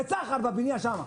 לצחר בבנייה שם.